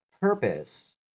purpose